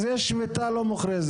אז יש שביתה לא מוכרזת.